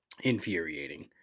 Infuriating